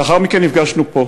לאחר מכן נפגשנו פה.